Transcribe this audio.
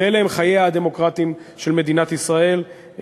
ואלה הם חייה הדמוקרטיים של מדינת ישראל,